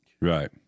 Right